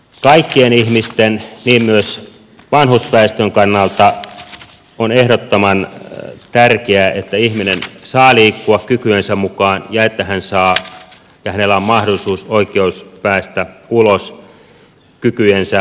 kaikkien ihmisten niin myös vanhusväestön kannalta on ehdottoman tärkeää että ihminen saa liikkua kykyjensä mukaan ja että hänellä on mahdollisuus oikeus päästä ulos kykyjensä mukaisesti